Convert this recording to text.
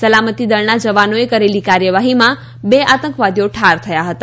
સલામતી દળના જવાનોએ કરેલી કાર્યવાહીમાં બે આતંકવાદીઓ ઠાર થયા હતા